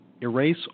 erase